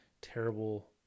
terrible